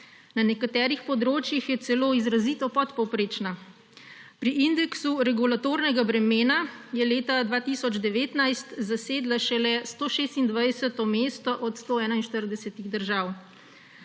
Na nekaterih področjih je celo izrazito podpovprečna. Pri indeksu regulatornega bremena je leta 2019 zasedla šele 126. mesto od 141 držav.